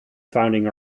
founding